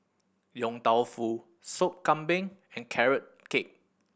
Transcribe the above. Yong Tau Foo Sop Kambing and Carrot Cake